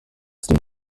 steam